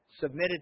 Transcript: submitted